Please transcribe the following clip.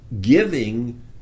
giving